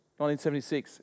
1976